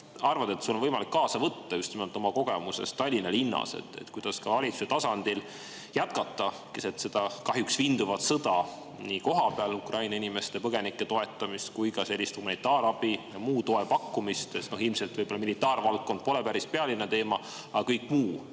arvad, et sul on võimalik kaasa võtta just nimelt oma kogemusest Tallinna linnas? Kuidas ka valitsuse tasandil jätkata keset seda kahjuks vinduvat sõda nii kohapeal Ukraina inimeste, põgenike toetamist kui ka humanitaarabi ja muu toe pakkumist? Ilmselt militaarvaldkond pole päris pealinna teema, aga kõik muu